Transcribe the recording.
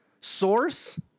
source